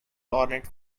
ornate